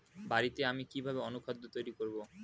বাড়িতে আমি কিভাবে অনুখাদ্য তৈরি করব?